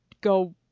go